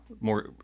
more